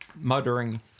muttering